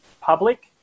public